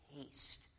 taste